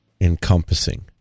Encompassing